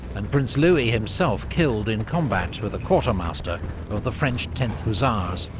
and prince louis himself killed in combat with a quartermaster of the french tenth hussars.